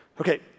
Okay